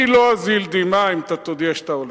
אני לא אזיל דמעה אם אתה תודיע שאתה הולך.